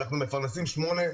אנחנו מפרנסים שמונה,